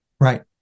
right